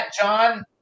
John